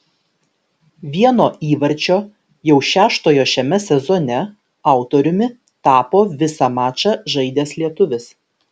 vieno įvarčio jau šeštojo šiame sezone autoriumi tapo visą mačą žaidęs lietuvis